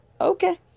okay